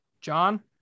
John